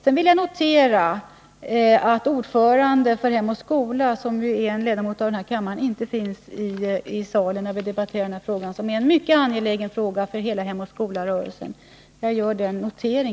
Sedan vill jag bara göra den noteringen att ordföranden för Hem och skola, som är ledamot av denna kammare, inte finns i salen när vi debatterar denna fråga, som är mycket viktig för hela Hem och skola-rörelsen.